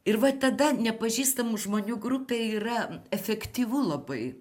ir va tada nepažįstamų žmonių grupėj yra efektyvu labai